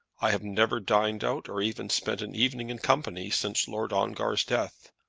i have never dined out, or even spent an evening in company since lord ongar's death.